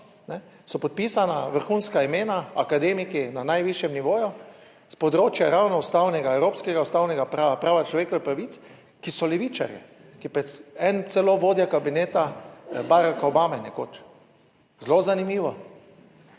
so podpisana vrhunska imena, akademiki na najvišjem nivoju s področja ravno ustavnega, evropskega ustavnega prava in človekovih pravic, ki so levičarji, ki je en celo vodja kabineta Baracka Obame, je nekoč. Zelo zanimivo.